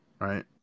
right